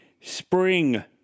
Spring